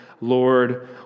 Lord